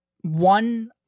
one